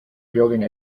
building